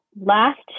last